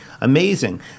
amazing